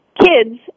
kids